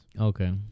Okay